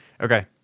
okay